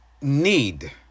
need